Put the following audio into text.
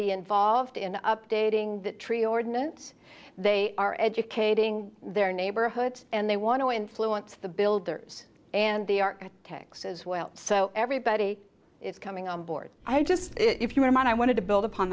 be involved in updating that tree ordinance they are educating their neighborhood and they want to influence the builders and the architects as well so everybody is coming on board i just if you were mine i wanted to build upon